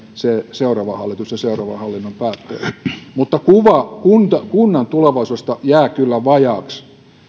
seuraava hallitus ja seuraavan hallinnon päättäjä kuva kunnan tulevaisuudesta jää kyllä vajaaksi